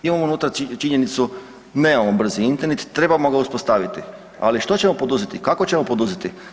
Imamo unutra činjenicu, nemamo brzi Internet, trebamo ga uspostaviti, ali što ćemo poduzeti, kako ćemo poduzeti?